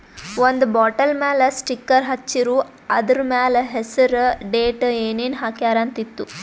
ಒಂದ್ ಬಾಟಲ್ ಮ್ಯಾಲ ಸ್ಟಿಕ್ಕರ್ ಹಚ್ಚಿರು, ಅದುರ್ ಮ್ಯಾಲ ಹೆಸರ್, ಡೇಟ್, ಏನೇನ್ ಹಾಕ್ಯಾರ ಅಂತ್ ಇತ್ತು